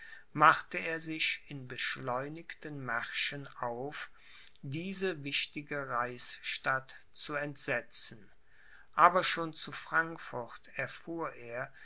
machte er sich in beschleunigten märschen auf diese wichtige reichsstadt zu entsetzen aber schon zu frankfurt erfuhr er